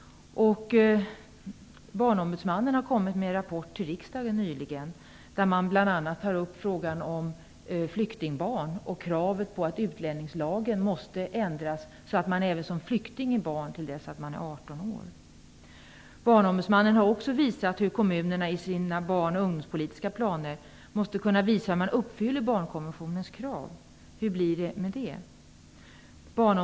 Barnombudsmannen har nyligen avlämnat en rapport till riksdagen. Bl.a. tar man där upp frågan om flyktingbarn. Dessutom tas där upp kravet på att utlänningslagen måste ändras, så att man även som flykting är barn till dess att man fyllt 18 år. Barnombudsmannen har också pekat på att kommunerna i sina barn och ungdomspolitiska planer måste kunna visa hur man uppfyller barnkonventionens krav. Hur blir det med den saken?